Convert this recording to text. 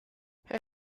her